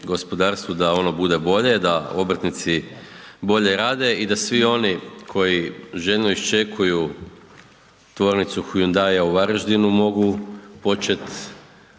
da ono bude bolje, da obrtnici bolje rada i da svi oni koji željno iščekuju tvornicu Hyundaia u Varaždinu mogu početi